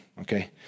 okay